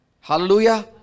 Hallelujah